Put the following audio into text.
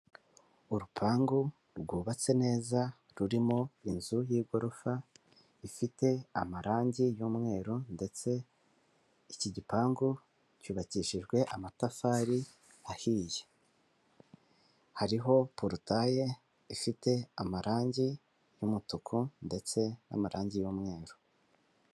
Urupangu rwubatse neza rurimo inzu y'igorofa, ifite amarangi y'umweru ndetse iki gipangu cyubakishijwe amatafari ahiye. Hariho porutaye ifite amarangi y'umutuku ndetse n'amarangi y'umweru.